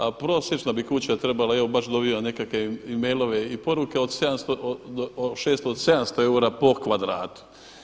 A prosječna bi kuća trebala, evo baš dobivam nekakve mail-ove i poruke od 600, 700 eura po kvadratu.